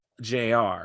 JR